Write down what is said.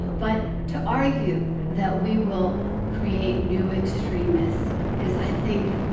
but to argue that we will create new extremists is, i think,